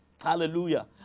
Hallelujah